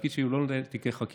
התפקיד שלי הוא לא לנהל תיקי חקירה,